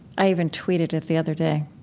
i even tweeted it the other day.